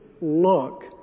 look